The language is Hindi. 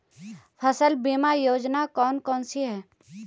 फसल बीमा योजनाएँ कौन कौनसी हैं?